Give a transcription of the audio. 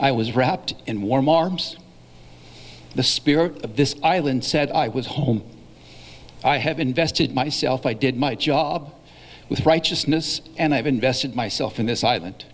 i was wrapped in warm arms the spirit of this island said i was home i have invested myself i did my job with righteousness and i've invested myself in this i